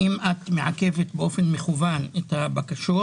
האם את מעכבת באופן מכוון את הבקשות